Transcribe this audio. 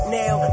now